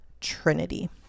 trinity